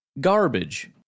garbage